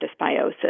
dysbiosis